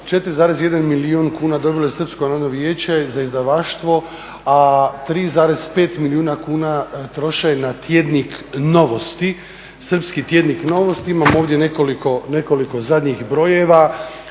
4,1 milijun kuna dobilo je Srpsko … vijeće za izdavaštvo, a 3,5 milijuna kuna troše na tjednik Novosti, srpski tjednik Novosti, imam ovdje nekoliko zadnjih brojeva